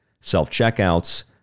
self-checkouts